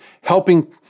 helping